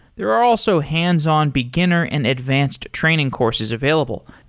there are also hands-on beginner and advanced training courses available,